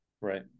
Right